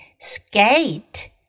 Skate